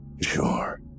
Sure